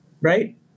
right